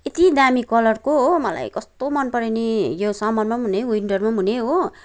एति दामी कलरको हो मलाई कस्तो मन पर्यो नि यो समरमा पनि हुने विन्टरमा पनि हुने हो